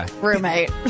roommate